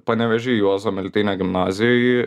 panevėžy juozo miltinio gimnazijoj